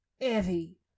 Evie